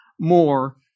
more